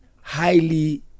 highly